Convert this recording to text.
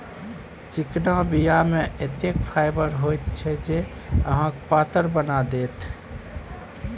चिकना बीया मे एतेक फाइबर होइत छै जे अहाँके पातर बना देत